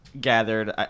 gathered